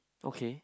okay